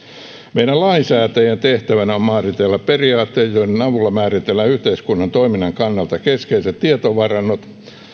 meidän lainsäätäjien tehtävänä on määritellä periaatteet joiden avulla määritellään yhteiskunnan toiminnan kannalta keskeiset tietovarannot